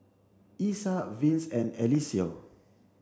Isaak Vince and Eliseo